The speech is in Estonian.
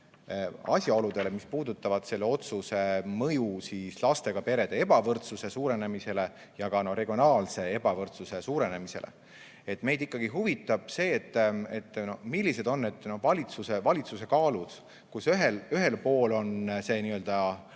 asjaoludele, mis puudutavad selle otsuse mõju lastega perede ebavõrdsuse suurenemisele ja ka regionaalse ebavõrdsuse suurenemisele. Meid huvitab, millised on need valitsuse kaalukausid, kus ühel pool on õhuke riik, mida